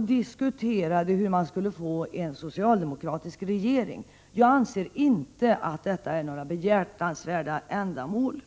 diskuterade hur man skulle få till stånd en socialdemokratisk regering. Jag anser inte att detta är några behjärtansvärda ändamål.